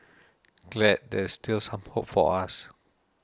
glad there's still some hope for us